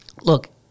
Look